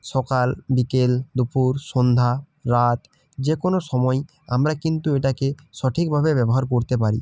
সকাল বিকেল দুপুর সন্ধ্যা রাত যে কোনও সময়ই আমরা কিন্তু এটাকে সঠিকভাবে ব্যবহার করতে পারি